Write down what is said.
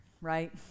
right